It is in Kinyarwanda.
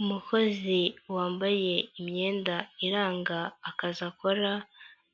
Umukozi wambaye imyenda iranga akazi akora,